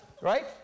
right